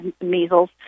measles